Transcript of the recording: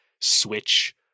switch